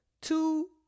two